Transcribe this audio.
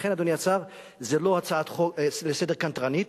לכן, אדוני השר, זו לא הצעה לסדר קנטרנית.